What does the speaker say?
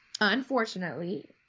Unfortunately